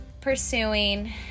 pursuing